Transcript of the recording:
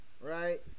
right